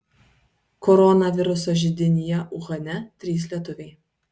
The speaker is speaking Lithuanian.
koronaviruso židinyje uhane trys lietuviai